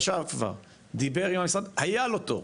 ישב כבר, דיבר עם המשרד, היה לו תור.